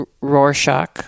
Rorschach